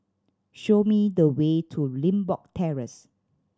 show me the way to Limbok Terrace